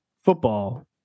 football